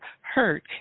hurt